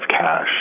cash